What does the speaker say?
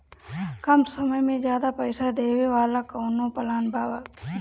कम समय में ज्यादा पइसा देवे वाला कवनो प्लान बा की?